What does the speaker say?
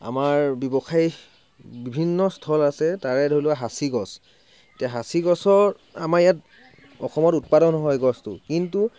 আমাৰ ব্যৱসায়ী বিভিন্ন স্থল আছে তাৰে ধৰি লোৱা সাঁচি গছ এতিয়া সাঁচি গছৰ আমাৰ ইয়াত অসমত উৎপাদন হয় গছটো কিন্তু